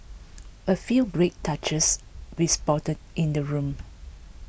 a few great touches we spotted in the room